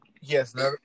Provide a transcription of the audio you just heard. Yes